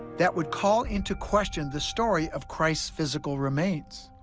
that would call into question the story of christ's physical remains.